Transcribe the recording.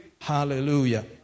Hallelujah